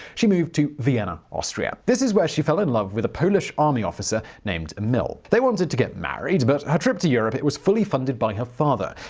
she moved to vienna, austria. this is where she fell in love with a polish army officer named emil. they wanted to get married, but her trip to europe was fully funded by her father.